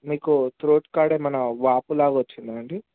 మీకు త్రోట్ కాడ ఏమైనా వాపులాగా వచ్చిందా అండి